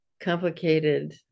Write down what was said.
complicated